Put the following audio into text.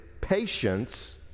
patience